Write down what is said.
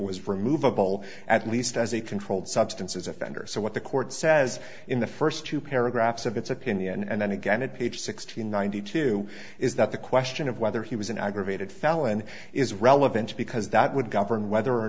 removable at least as a controlled substances offender so what the court says in the first two paragraphs of its opinion and then again it page six hundred ninety two is that the question of whether he was an aggravated felon is relevant because that would govern whether or